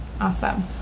Awesome